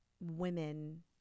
women